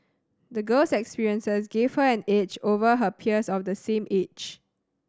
the girl's experiences give her an edge over her peers of the same age